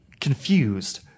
confused